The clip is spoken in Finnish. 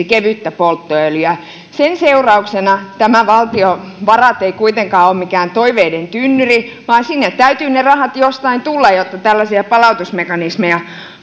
kevyttä polttoöljyä sen seurauksena tämä valtiovarat ei ole mikään toiveiden tynnyri vaan sinne täytyy ne rahat jostain tulla jotta tällaisia palautusmekanismeja